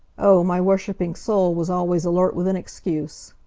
oh, my worshiping soul was always alert with an excuse.